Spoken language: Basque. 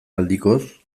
aldikoz